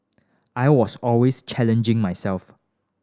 I was always challenging myself